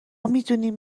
میدانیم